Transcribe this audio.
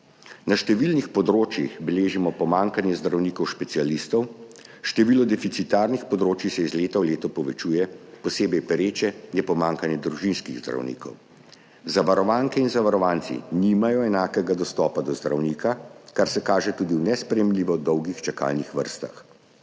Na številnih področjih beležimo pomanjkanje zdravnikov specialistov, število deficitarnih področij se iz leta v leto povečuje, posebej pereče je pomanjkanje družinskih zdravnikov. Zavarovanke in zavarovanci nimajo enakega dostopa do zdravnika, kar se kaže tudi v nesprejemljivo dolgih čakalnih vrstah.